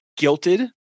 guilted